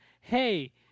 hey